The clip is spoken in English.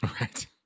Right